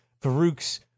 Farouk's